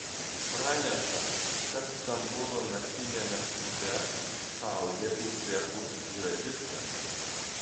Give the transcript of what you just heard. praneša kad stambulo naktiniame klube šaudė uzbekų džihadistas